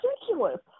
ridiculous